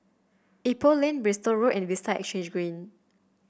Ipoh Lane Bristol Road and Vista Exhange Green